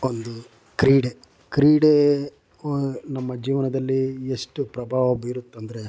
ಒಂದು ಕ್ರೀಡೆ ಕ್ರೀಡೆ ನಮ್ಮ ಜೀವನದಲ್ಲಿ ಎಷ್ಟು ಪ್ರಭಾವ ಬೀರುತ್ತೆಂದರೆ